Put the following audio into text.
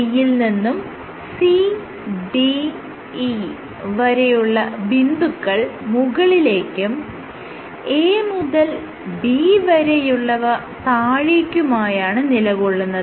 C യിൽ നിന്നും CDE വരെയുള്ള ബിന്ദുക്കൾ മുകളിലേക്കും A മുതൽ B വരെയുള്ളവ താഴേക്കുമായാണ് നിലകൊള്ളുന്നത്